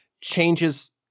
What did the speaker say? changes